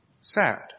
sad